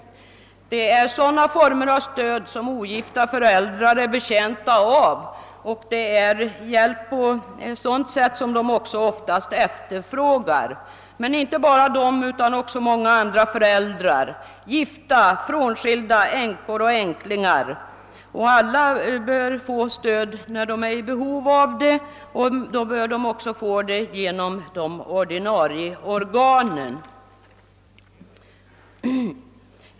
Det är sådana former av stöd som ogifta föräldrar är betjänta av och det är just sådan hjälp som oftast efterfrågas. Men detta gäller inte bara ogifta föräldrar utan även många andra föräldrar såsom gifta, frånskilda, änkor och änklingar. Alla bör få stöd när de behöver det och stödet bör också ges av de ordinarie organen.